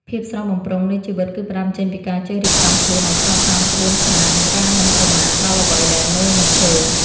ភាពស្រស់បំព្រងនៃជីវិត គឺផ្តើមចេញពីការចេះរៀបចំខ្លួនឱ្យស្របតាមក្បួនខ្នាត និងការមិនប្រមាថដល់អ្វីដែលមើលមិនឃើញ។